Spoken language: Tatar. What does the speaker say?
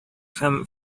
һәм